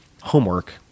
homework